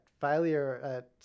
failure